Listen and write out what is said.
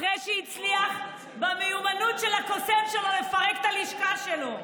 אחרי שהצליח במיומנות הקוסם שלו לפרק את הלשכה שלו,